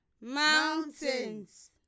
mountains